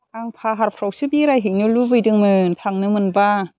आं पाहारफ्रावसो बेरायहैनो लुबैदोंमोन थांनो मोनबा